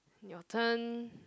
your turn